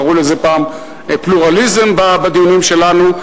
קראו לזה פעם פלורליזם בדיונים שלנו.